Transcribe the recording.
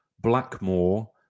Blackmore